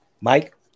Mike